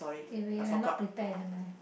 eh wait wait I not prepared never mind never mind